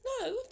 No